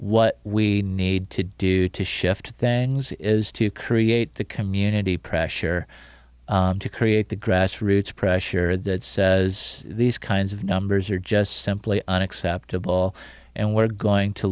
what we need to do to shift things is to create the community pressure to create the grassroots pressure that says these kinds of numbers are just simply unacceptable and we're going to